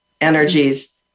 energies